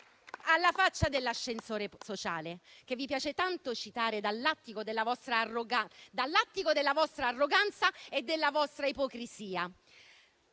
Alla faccia dell'ascensore sociale, che vi piace tanto citare dall'attico della vostra arroganza e della vostra ipocrisia.